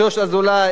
שוש אזולאי,